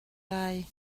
lai